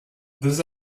this